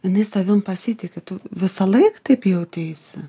jinai savim pasitiki tu visąlaik taip jauteisi